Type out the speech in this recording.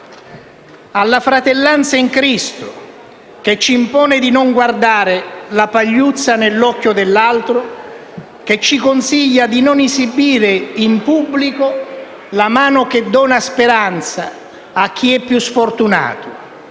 alla fratellanza in Cristo, che ci impone di non guardare la pagliuzza nell'occhio dell'altro, che ci consiglia di non esibire in pubblico la mano che dona speranza a chi è più sfortunato,